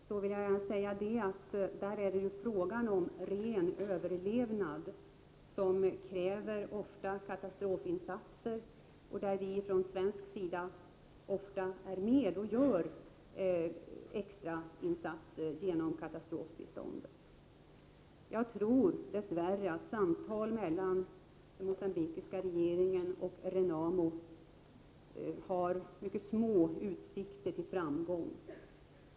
Jag vill gärna säga att i det fallet är det fråga om ren överlevnad, vilket ofta kräver katastrofinsatser och där vi från svensk sida inte sällan är med och gör extrainsatser genom katastrofbistånd. Jag tror dess värre att samtal mellan Mogambiques regering och RENAMO har mycket små utsikter till framgång.